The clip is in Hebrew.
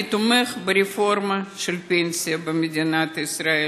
אני תומך ברפורמה של הפנסיה במדינת ישראל.